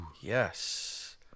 Yes